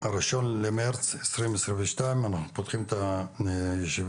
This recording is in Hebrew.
הראשון במרץ 2022. אנחנו פותחים את הישיבה